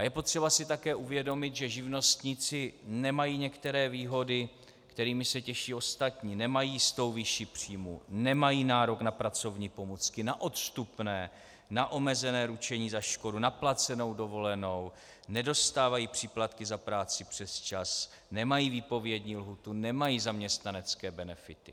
Je potřeba si také uvědomit, že živnostníci nemají některé výhody, kterým se těší ostatní, nemají jistou výši příjmů, nemají nárok na pracovní pomůcky, na odstupné, na omezené ručení za škodu, na placenou dovolenou, nedostávají příplatky za práci přesčas, nemají výpovědní lhůtu, nemají zaměstnanecké benefity.